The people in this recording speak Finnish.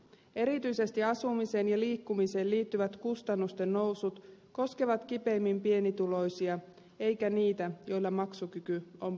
erityisesti asumiseen ja liikkumiseen liittyvät kustannusten nousut koskevat kipeimmin pienituloisia eivätkä niitä joilla maksukyky on parempi